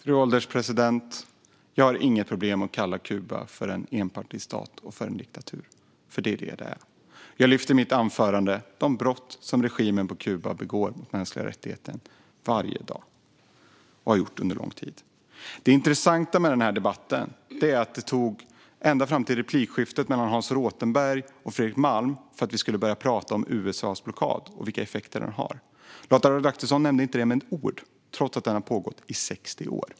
Fru ålderspresident! Jag har inga problem att kalla Kuba en enpartistat och en diktatur, för det är vad det är. Jag lyfte i mitt anförande fram de brott mot mänskliga rättigheter som regimen i Kuba begår varje dag - och har begått under lång tid. Det intressanta med den här debatten är att det inte var förrän vid replikskiftet mellan Hans Rothenberg och Fredrik Malm som vi började tala om USA:s blockad och vilka effekter den har. Lars Adaktusson nämnde den inte med ett ord, trots att den har pågått i 60 år.